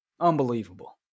Unbelievable